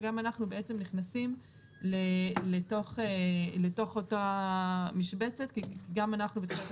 וגם אנחנו נכנסים לתוך אותה משבצת כי אנחנו גם בתחילת